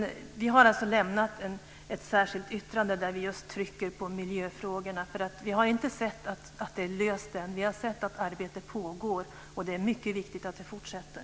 Vi har alltså lämnat ett särskilt yttrande där vi just trycker på miljöfrågorna. Vi har inte sett att det är löst än. Vi har sett att arbetet pågår, och det är mycket viktigt att det fortsätter.